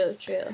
true